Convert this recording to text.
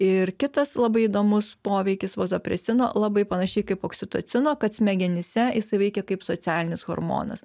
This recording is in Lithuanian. ir kitas labai įdomus poveikis vazopresino labai panašiai kaip oksitocino kad smegenyse jisai veikia kaip socialinis hormonas